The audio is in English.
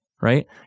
right